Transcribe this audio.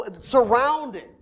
surrounded